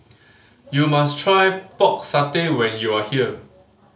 you must try Pork Satay when you are here